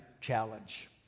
Challenge